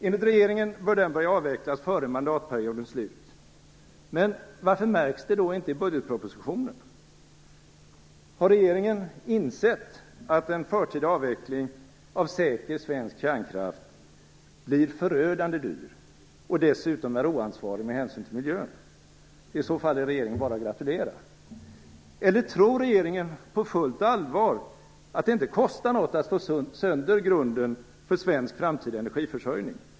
Enligt regeringen bör kärnkraften börja avvecklas före mandatperiodens slut. Men varför märks då inte detta i budgetpropositionen? Har regeringen insett att en förtida avveckling av säker svensk kärnkraft blir förödande dyr och dessutom är oansvarig med hänsyn till miljön? I så fall är regeringen bara att gratulera. Eller tror regeringen på fullt allvar att det inte kostar något att slå sönder grunden för svensk framtida energiförsörjning?